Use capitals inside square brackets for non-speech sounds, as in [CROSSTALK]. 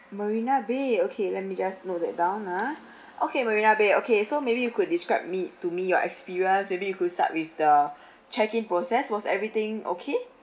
marina bay okay let me just note that down ah [BREATH] okay marina bay okay so maybe you could describe me to me your experience maybe you could start with the [BREATH] check in process was everything okay